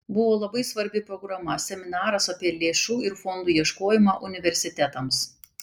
buvo labai svarbi programa seminaras apie lėšų ir fondų ieškojimą universitetams